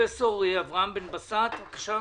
פרופסור אברהם בן בסט, בבקשה.